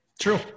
True